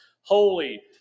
holy